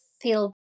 feel